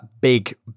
Big